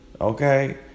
Okay